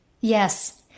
Yes